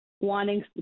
wanting